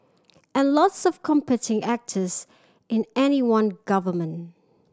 and lots of competing actors in any one government